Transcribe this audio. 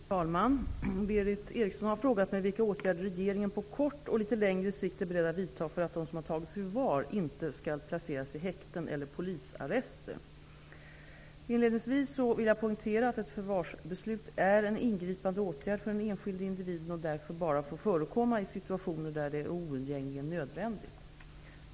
Fru talman! Berith Eriksson har frågat mig vilka åtgärder regeringen på kort och litet längre sikt är beredd att vidta för att de som tagits i förvar inte skall placeras i häkten eller polisarrester. Inledningsvis vill jag poängtera att ett förvarsbeslut är en ingripande åtgärd för den enskilde individen och därför bara får förekomma i situationer där det är oundgängligen nödvändigt.